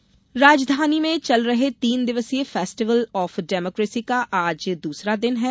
festival of democracy राजघानी में चल रहे तीन दिवसीय फेस्टिवल ऑफ डेमोक्रेसी का आज दूसरा दिन है